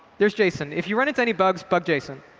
there's jason. if you run into any bugs, bug jason.